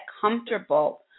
comfortable